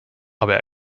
aber